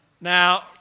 Now